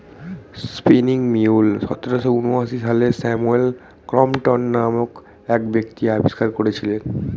spinning mule সতেরোশো ঊনআশি সালে স্যামুয়েল ক্রম্পটন নামক এক ব্যক্তি আবিষ্কার করেছিলেন